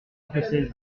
écossaise